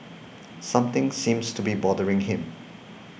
something seems to be bothering him